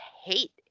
hate